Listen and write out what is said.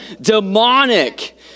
demonic